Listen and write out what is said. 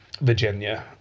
Virginia